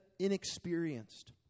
inexperienced